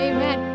Amen